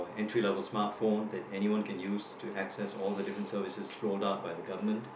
entry level smartphone that anyone can use to access all the different services rolled out by the government